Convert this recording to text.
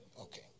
okay